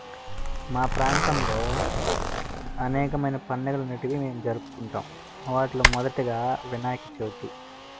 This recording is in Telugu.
మా ప్రాంతంలో అనేకమైన పండుగలు అనేవి మేము జరుపుకుంటాం వాటిలో మొదటిగా వినాయక చవితి